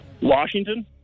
Washington